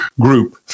group